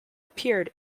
appeared